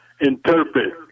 interpret